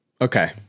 okay